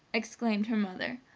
exclaimed her mother.